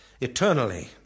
Eternally